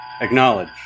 Acknowledge